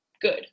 good